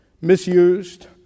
misused